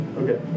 Okay